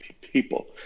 people